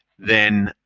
then